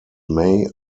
may